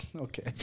Okay